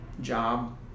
job